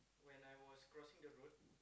<S<